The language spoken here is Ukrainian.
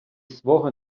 свого